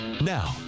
Now